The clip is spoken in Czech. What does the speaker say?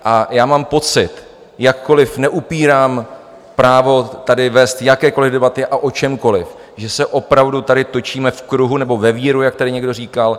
A já mám pocit, jakkoliv neupírám právo tady vést jakékoliv debaty a o čemkoliv, že se opravdu tady točíme v kruhu nebo ve víru, jak tady někdo říkal.